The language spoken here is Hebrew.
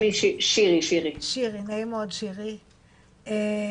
נעים מאוד שירי,